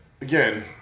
again